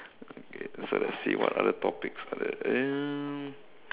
okay so let's see what other topics are there um